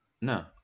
No